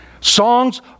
Songs